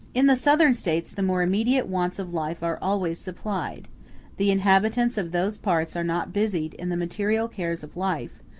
in the southern states the more immediate wants of life are always supplied the inhabitants of those parts are not busied in the material cares of life,